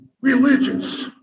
religious